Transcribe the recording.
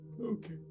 Okay